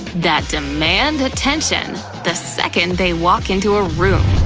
that demand attention the second they walk into a room.